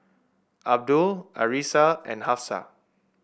Abdul Arissa and Hafsa